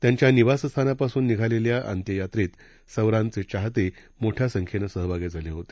त्यांच्या निवासस्थानापासून निघालेल्या अंत्ययात्रेत सवरांचे चाहते मोठ्या संख्येनं सहभागी झाले होते